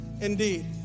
indeed